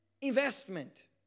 investment